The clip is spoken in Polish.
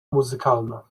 muzykalna